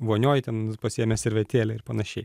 vonioj ten pasiėmęs servetėlę ir panašiai